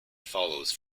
follows